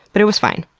but it was fine.